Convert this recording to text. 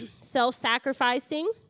self-sacrificing